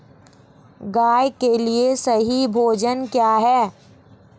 गाय के लिए सही भोजन क्या है?